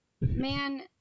Man